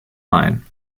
main